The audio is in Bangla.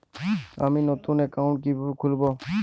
আমি নতুন অ্যাকাউন্ট কিভাবে খুলব?